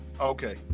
Okay